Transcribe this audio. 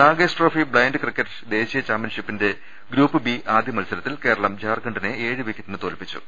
Nagesh trophy blind cricket ദേശീയ ചാമ്പ്യൻഷിപ്പിന്റെ group B ആദ്യ മത്സരത്തിൽ കേരളം ജാർഖണ്ഡിനെ ഏഴ് വിക്ക റ്റിന് തോൽപ്പിച്ചു